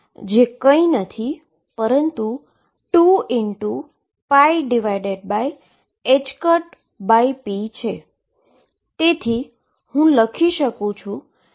તેથી મારી પાસે x છે જે ધન અથવા ઋણ ઈન્ફાઈનીટીનીની અવધીમાં 22md2dx2 12m2x2x0 ફંક્શન છે અથવા d2dx2 m22x2x0 લખી શકો છો